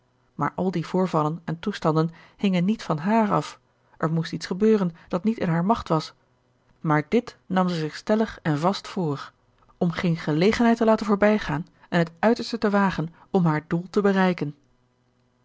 maar al die voorvallen en toestanden hingen niet van haar af er moest iets gebeuren dat niet in hare macht was maar dit gerard keller het testament van mevrouw de tonnette nam zij zich stellig en vast voor om geene gelegenheid te laten voorbij gaan en het uiterste te wagen om haar doel te bereiken